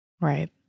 Right